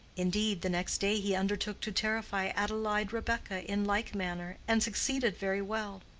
indeed, the next day he undertook to terrify adelaide rebekah in like manner, and succeeded very well.